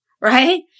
Right